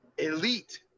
elite